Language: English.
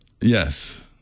Yes